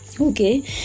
Okay